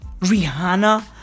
Rihanna